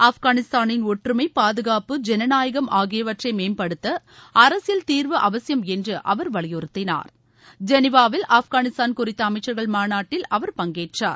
ஆப்கானிஸ்தானின் ஒற்றுமை பாதுகாப்பு ஜனநாயகம் ஆகியவற்றை மேம்படுத்த அரசியல் தீர்வு அவசியம் என்று அவர் வலியுறுத்தினார் ஜெனிவாவில் ஆப்கானிஸ்தான் குறித்த அமைச்சர்கள் மாநாட்டில் அவர் பங்கேற்றார்